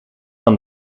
van